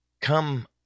come